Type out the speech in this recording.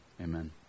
amen